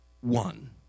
one